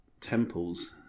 temples